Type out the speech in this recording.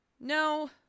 No